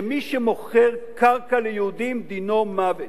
שמי שמוכר קרקע ליהודים דינו מוות.